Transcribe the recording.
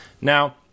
Now